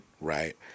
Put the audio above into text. Right